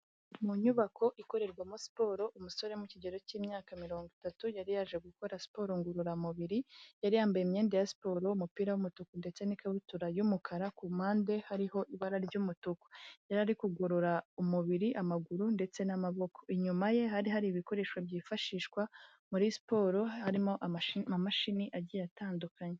Mu nyubako ikorerwamo siporo umusore wo mu kigero cy'imyaka mirongo itatu yari yaje gukora siporo ngororamubiri, yari yambaye imyenda ya siporo, umupira w'umutuku ndetse n'ikabutura y'umukara, ku mpande hariho ibara ry'umutuku. Yari ari kugorora umubiri, amaguru ndetse n'amaboko. Inyuma ye hari hari ibikoresho byifashishwa muri siporo, hari amamashini agiye atandukanye.